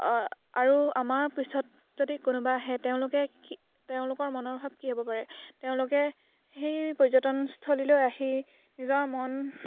আৰু আমাৰ পিছত যদি কোনোবা আহে তেওঁলোকে কি তেওঁলোকৰ মনৰ ভাৱ কি হ'ব পাৰে তেওঁলোকে সেই পৰ্যটনস্থলীলৈ আহি নিজৰ মন